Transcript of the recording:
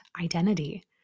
identity